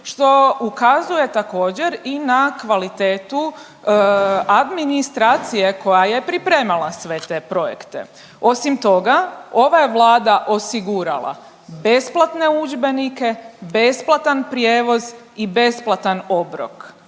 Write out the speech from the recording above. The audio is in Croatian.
što ukazuje također, i na kvalitetu administracije koja je pripremala sve te projekte. Osim toga, ova je Vlada osigurala besplatne udžbenike, besplatan prijevoz i besplatan obrok,